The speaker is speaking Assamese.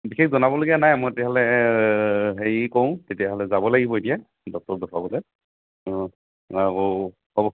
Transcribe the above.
বিশেষ জনাবলগীয়া নাই মই তেতিয়া হ'লে হেৰি কৰো তেতিয়া হ'লে যাব লাগিব এতিয়া ডক্টৰক দেখুৱাবলৈ অঁ আকৌ হ'ব